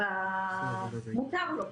מותר לה,